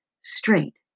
straight